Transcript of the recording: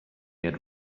had